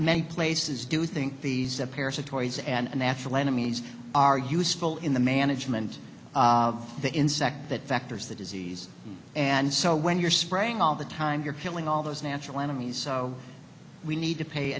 many places do think these the pairs of toys and natural enemies are useful in the management of the insect that vectors the disease and so when you're spraying all the time you're killing all those natural enemies so we need to pay